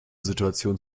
situation